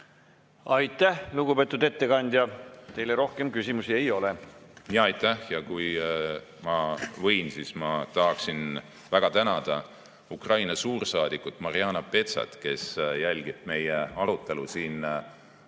Aitäh, lugupeetud ettekandja! Teile rohkem küsimusi ei ole. Aitäh! Kui ma võin, siis ma tahaksin väga tänada Ukraina suursaadikut Mariana Betsat, kes jälgib meie arutelu siin saalis.